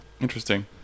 interesting